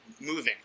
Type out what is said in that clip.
moving